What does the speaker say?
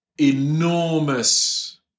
enormous